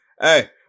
hey